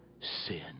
sin